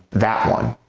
that one.